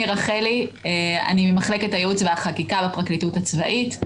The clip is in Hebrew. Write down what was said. אני ממחלקת הייעוץ והחקיקה בפרקליטות הצבאית.